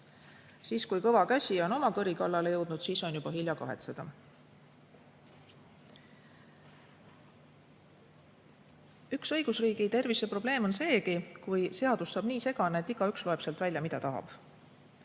Siis, kui kõva käsi on oma kõri kallale jõudnud, on juba hilja kahetseda. Üks õigusriigi terviseprobleem on seegi, kui seadus saab nii segane, et igaüks loeb sealt välja, mida tahab.